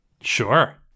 Sure